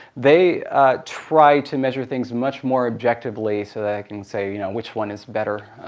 they try to measure things much more objectively so they can say which one is better.